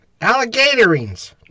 Alligatorings